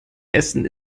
essen